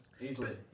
easily